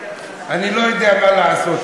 אני לא יודע מה לעשות,